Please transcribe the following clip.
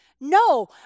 No